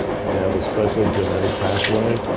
they have a special genetic pathway.